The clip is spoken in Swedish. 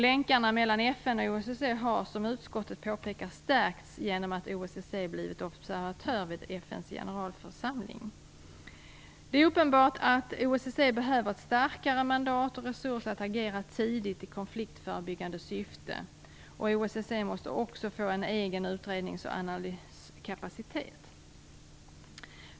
Länkarna mellan FN och OSSE har - som utskottet påpekar - stärkts genom att OSSE blivit observatör vid FN:s generalförsamling. Det är uppenbart att OSSE behöver ett starkare mandat och resurser att agera tidigt i konfliktförebyggande syfte. OSSE måste dessutom få en egen utrednings och analyskapacitet.